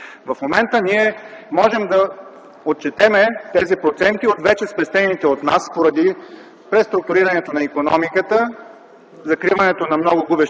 В момента ние можем да отчетем тези проценти от вече спестените от нас поради преструктурирането на икономиката, закриването на много губещи